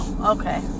Okay